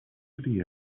city